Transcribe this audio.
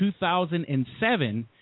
2007